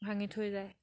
ভাঙি থৈ যায়